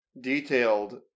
detailed